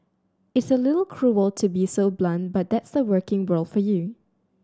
it's a little cruel to be so blunt but that's the working world for you